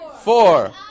four